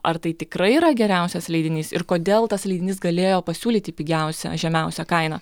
ar tai tikrai yra geriausias leidinys ir kodėl tas leidinys galėjo pasiūlyti pigiausią žemiausią kainą